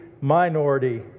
minority